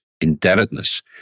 indebtedness